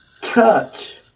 touch